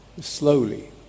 slowly